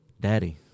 Daddy